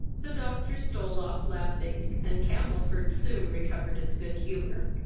the doctor stole off laughing, and camelford soon recovered his good humour.